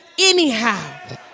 anyhow